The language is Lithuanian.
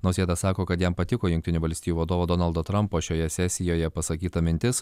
nausėda sako kad jam patiko jungtinių valstijų vadovo donaldo trampo šioje sesijoje pasakyta mintis